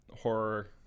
horror